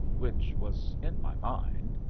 which was in my mind,